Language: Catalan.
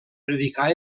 predicà